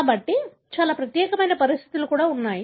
కాబట్టి కానీ చాలా ప్రత్యేకమైన పరిస్థితులు ఉన్నాయి